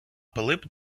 пилип